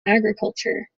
agriculture